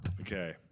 Okay